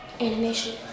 Animation